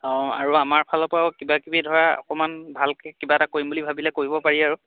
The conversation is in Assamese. অঁ আৰু আমাৰ ফালৰ পৰাও কিবাকিবি ধৰা অকণমান ভালকৈ কিবা এটা কৰিম বুলি ভাবিলে কৰিব পাৰি আৰু